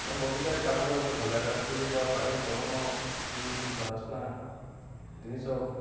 କାରଣ ବଗିଚାରେ କାମ କରିବା ମତେ ଭଲ ଲାଗେ ନା ସେ ଯେଉଁ ବା ପାଣି ପବନ ଯେଉଁ ସେ ବାସ୍ନା ଜିନିଷ